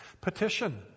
Petition